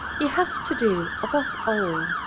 he has to do, above all,